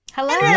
Hello